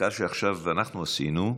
למחקר שעכשיו אנחנו עשינו.